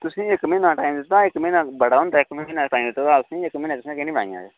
तुसेंगी इक म्हीना दा टाइम दित्ता इक म्हीने दा बड़ा होंदा इक म्हीना टाइम दित्ते दा हा इक म्हीने तुसें की नी बनाइयां एह्